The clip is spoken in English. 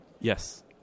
Yes